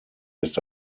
ist